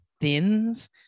Thins